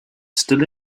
still